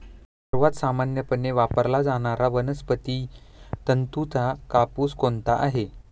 सर्वात सामान्यपणे वापरला जाणारा वनस्पती तंतूचा कापूस कोणता आहे?